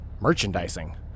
merchandising